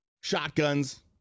shotguns